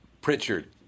Pritchard